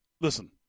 listen